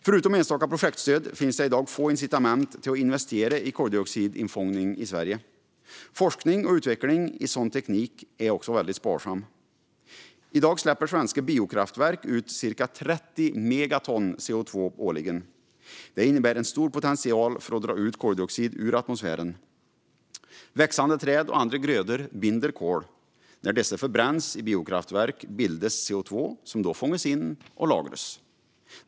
Förutom enstaka projektstöd finns det i dag få incitament till att investera i koldioxidinfångning i Sverige. Det finns också sparsamt med forskning och utveckling i sådan teknik. I dag släpper svenska biokraftverk ut cirka 30 megaton CO2 årligen. Det innebär en stor potential för att dra ut koldioxid ur atmosfären. Växande träd och andra grödor binder kol. När dessa förbränns i biokraftverk bildas CO2, som kan fångas in och lagras.